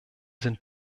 sind